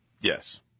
Yes